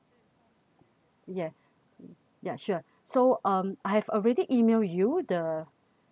ya ya sure so um I have already emailed you the